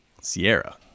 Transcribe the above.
Sierra